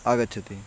आगच्छति